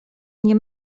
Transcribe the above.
nie